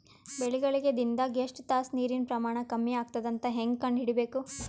ಬೆಳಿಗಳಿಗೆ ದಿನದಾಗ ಎಷ್ಟು ತಾಸ ನೀರಿನ ಪ್ರಮಾಣ ಕಮ್ಮಿ ಆಗತದ ಅಂತ ಹೇಂಗ ಕಂಡ ಹಿಡಿಯಬೇಕು?